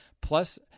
Plus